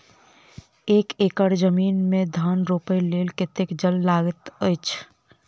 एक एकड़ जमीन मे धान रोपय लेल कतेक जल लागति अछि?